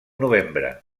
novembre